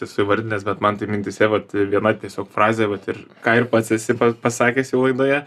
esu įvardinęs bet man tai mintyse vat viena tiesiog frazė vat ir ką ir pats esi pa pasakęs jau laidoje